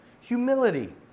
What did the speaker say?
humility